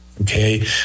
Okay